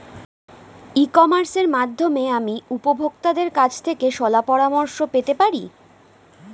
ই কমার্সের মাধ্যমে আমি উপভোগতাদের কাছ থেকে শলাপরামর্শ পেতে পারি?